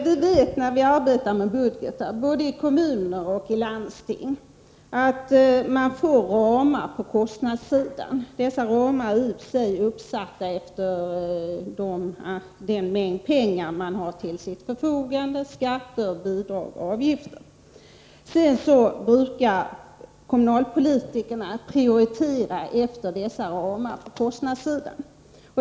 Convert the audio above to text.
Vi vet när vi arbetar med budgeter både i kommuner och i landsting att man får kostnadsramar. Dessa ramar är i och för sig beräknade efter den mängd pengar kommunen/landstinget har till sitt förfogande genom skatter, bidrag och avgifter. Sedan prioriterar kommunalpolitikerna efter dessa ramar på kostnadssidan.